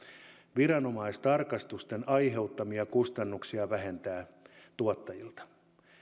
viranomaistarkastusten aiheuttamia kustannuksia vähentää tuottajilta